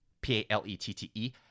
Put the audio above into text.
P-A-L-E-T-T-E